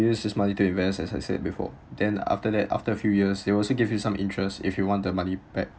se this money to invest as I said before then after that after a few years they also give you some interest if you want the money back